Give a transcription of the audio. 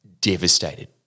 Devastated